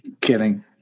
Kidding